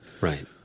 Right